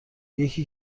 یکی